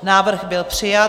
Návrh byl přijat.